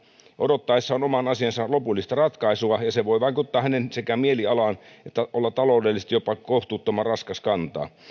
odottaessaan oman asiansa lopullista ratkaisua se voi sekä vaikuttaa hänen mielialaansa että olla taloudellisesti jopa kohtuuttoman raskas kantaa